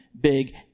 big